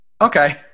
Okay